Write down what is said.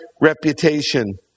reputation